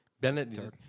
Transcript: Bennett